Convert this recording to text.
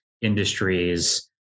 industries